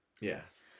Yes